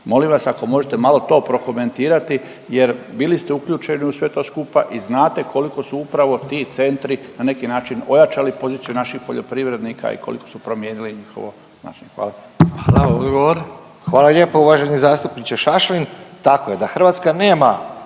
Molim vas ako možete malo to prokomentirati jer bili ste uključeni u to sve skupa i znate koliko su upravo ti centri na neki način ojačali poziciju naših poljoprivrednika i koliko su promijenili njihovo…/Govornik se ne razumije./…, hvala.